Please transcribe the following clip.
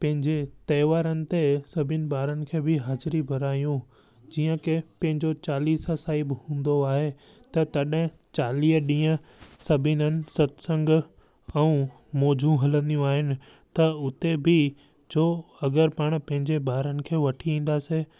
पंहिंजे त्योहारनि ते सभिनि ॿारनि खे हाज़िरी भरायूं जीअं की पंहिंजो चालीहो साहिबु हूंदो आहे त तॾहिं चालीह ॾींहं सभिनि हंधि सत्संग ऐं मौजूं हलंदियूं आहिनि त हुते बि जो अगर पाण पंहिंजे ॿारनि खे वठी ईंदासीं